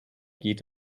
geht